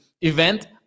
event